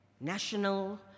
national